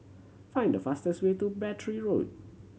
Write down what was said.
find the fastest way to Battery Road